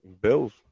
Bills